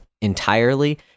entirely